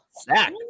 Zach